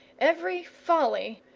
every folly,